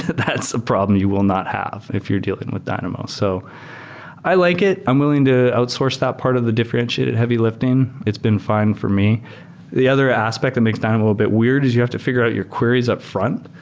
that's a problem you will not have if you're dealing with dynamo. so i like it. i'm willing to outsource that part of the differentiated heavy-lifting. it's been fine for me the other aspect that makes dynamo a little bit weird is you have to figure out your queries upfront,